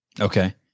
Okay